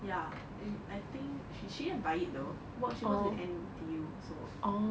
ya I think she she didn't buy it though cause she was in N_T_U also